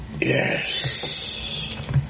Yes